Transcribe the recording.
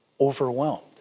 overwhelmed